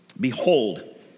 Behold